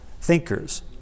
thinkers